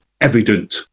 evident